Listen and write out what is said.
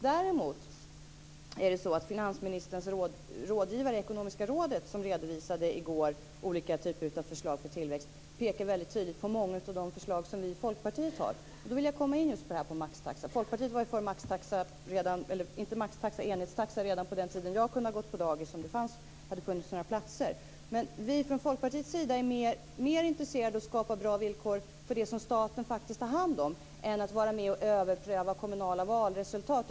Däremot pekar finansministerns rådgivare i Ekonomiska rådet, som i går redovisade olika förslag för tillväxt, väldigt tydligt på många av de förslag som vi i Folkpartiet har lagt fram. Jag vill därför komma in på det här med maxtaxa. Folkpartiet var för enhetstaxa redan på den tid då jag kunde ha gått på dagis, om det hade funnits några platser. Vi från Folkpartiets sida är dock mer intresserade av att skapa bra villkor för det som staten faktiskt har hand om än av att vara med och överpröva kommunala valresultat.